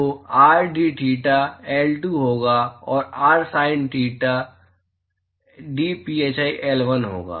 तो r dtheta L2 होगा और r sin theta dphi L1 होगा